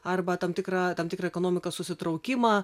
arba tam tikrą tam tikrą ekonomikos susitraukimą